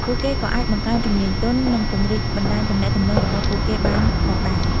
ពួកគេក៏អាចបង្កើនជំនាញទន់ និងពង្រីកបណ្ដាញទំនាក់ទំនងរបស់ពួកគេបានផងដែរ។